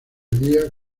día